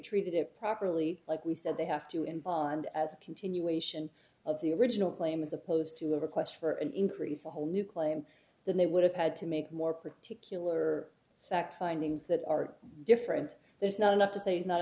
treated it properly like we said they have to involved as a continuation of the original claim as opposed to a request for an increase a whole new claim that they would have had to make more particular fact findings that are different there's not enough to say he's not